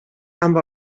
amb